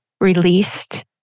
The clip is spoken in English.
released